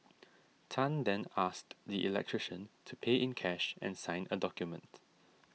Tan then asked the electrician to pay in cash and sign a document